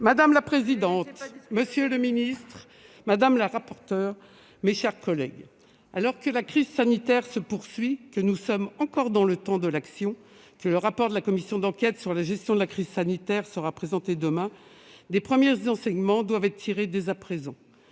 Madame la présidente, monsieur le secrétaire d'État, mes chers collègues, alors que la crise sanitaire se poursuit, que nous sommes encore dans le temps de l'action et que le rapport de la commission d'enquête sur la gestion de la crise sanitaire sera présenté demain, des premiers enseignements doivent dès à présent